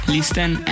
Listen